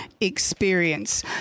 experience